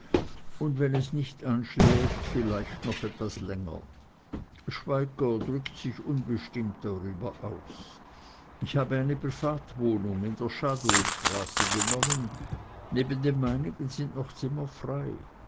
und wenn es nicht anschlägt vielleicht noch etwas länger schweigger drückt sich unbestimmt darüber aus ich habe eine privatwohnung in der schadowstraße genommen neben dem meinigen sind noch zimmer frei